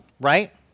right